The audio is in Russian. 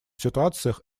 ситуациях